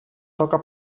toca